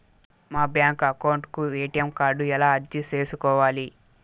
మా bank account కు ATM card ఎలా అర్జీ సేసుకోవాలి?